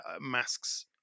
masks